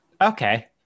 Okay